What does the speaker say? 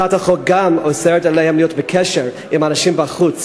הצעת החוק גם אוסרת עליהם להיות בקשר עם אנשים מבחוץ